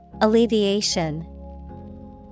Alleviation